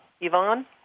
Yvonne